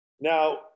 now